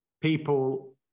people